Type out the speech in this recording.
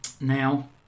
Now